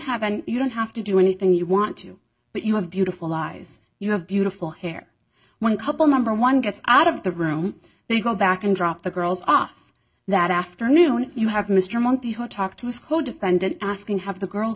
have and you don't have to do anything you want to but you have beautiful eyes you have beautiful hair one couple number one gets out of the room they go back and drop the girls off that afternoon you have mr monti who talked to his codefendant asking have the girl